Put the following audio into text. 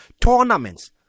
tournaments